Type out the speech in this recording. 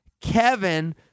Kevin